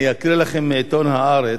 אני אקריא לכם מעיתון "הארץ"